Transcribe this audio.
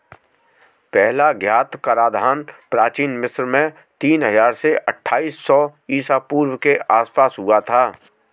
पहला ज्ञात कराधान प्राचीन मिस्र में तीन हजार से अट्ठाईस सौ ईसा पूर्व के आसपास हुआ था